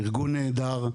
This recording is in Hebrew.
ארגון נהדר,